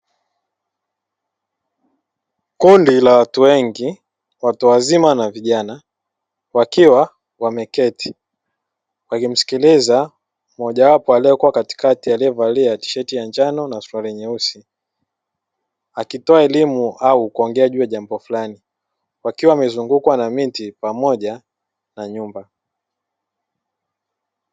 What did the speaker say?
Kundi la watu wengi watu wazima na vijana wakiwa wameketi wakimsikiliza mmoja wapo aliyekuwa katikati aliyevalia suruali ya njano au nyeusi akitoa elimu au kuongea juu ya jambo fulani akiwa amezungukwa na miti pamoja na nyumba.